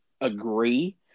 agree